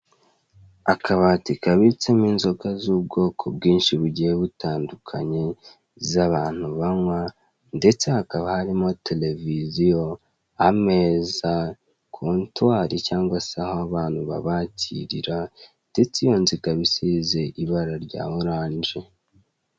Akabati kabitsemo inzoga z'ubwoko bwinshi bugiye butandukanye z'abantu banywa, ndetse hakaba barimo televiziyo, ameza, kontuwari cyangwa aho abantu babakirira ndetse iyo nzu ikaba isize ibara rya oranje.